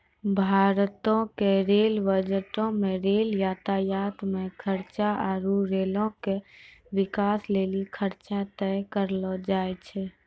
भारतो के रेल बजटो मे रेल यातायात मे खर्चा आरु रेलो के बिकास लेली खर्चा तय करलो जाय छै